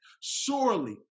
surely